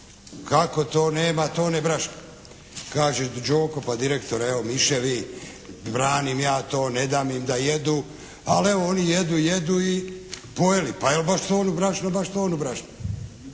kako to nema tone brašna? Kaže Đoko: Pa direktore, evo miševi, branim ja to, ne dam im da jedu, ali evo, oni jedu, jedu i pojeli. Pa jel' baš tonu brašna? Baš tonu brašna.